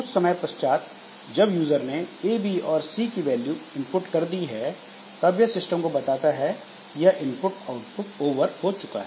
कुछ समय पश्चात जब यूजर ने ए बी और सी की वैल्यू डाल दी है तब यह सिस्टम को बताता है कि यह इनपुट आउटपुट ओवर हो चुका है